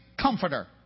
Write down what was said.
Comforter